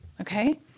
Okay